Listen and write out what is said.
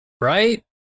Right